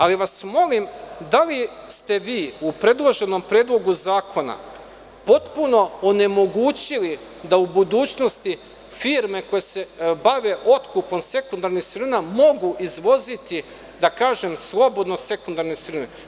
Ali vas molim, da li ste vi u predloženom Predlogu zakona potpuno onemogućili da u budućnosti firme koje se bave otkupom sekundarnih sirovina mogu izvoziti, da kažem slobodno sekundarne sirovine?